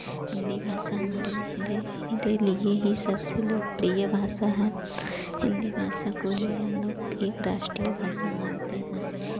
हिन्दी भाषा हमारे रे रे लिए ही सबसे लोकप्रिय भाषा है हिन्दी भाषा को ही हम लोग एक राष्ट्रीय भाषा मानते हैं